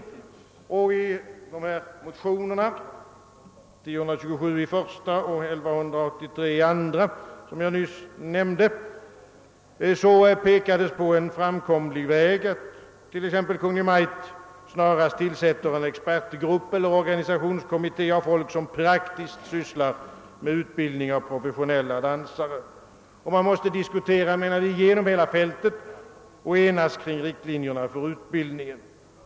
I motionerna I: 1027 och II: 1183, som jag nyss nämnde, pekas på en framkomlig väg, nämligen att Kungl. Maj:t snarast tillsätter en expertgrupp eller organisationskommitté, bestående av personer som praktiskt sysslar med utbildning av professionella dansare. Man måste diskutera igenom hela fältet och enas kring riktlinjerna för utbildningen.